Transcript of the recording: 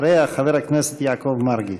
אחריה, חבר הכנסת יעקב מרגי.